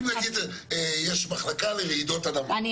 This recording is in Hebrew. אם נניח יש מחלקה לרעידות אדמה,